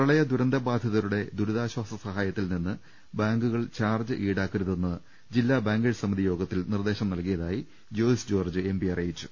പ്രളയ ദുരന്ത ബാധിതരുടെ ദുരിതാശ്ചാസ സഹായത്തിൽ നിന്ന് ബാങ്കുകൾ ചാർജ്ജ് ഈടാക്കരുതെന്ന് ജില്ലാ ബാങ്കേഴ്സ് സമിതി യോഗത്തിൽ നിർദ്ദേശം നൽകി യതായി ജോയ്സ് ജോർജ്ജ് എം പി അറിയിച്ചു